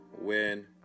win